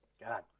God